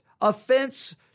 offense